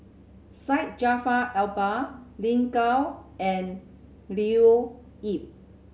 Syed Jaafar Albar Lin Gao and Leo Yip